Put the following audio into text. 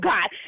God